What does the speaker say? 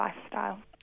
lifestyle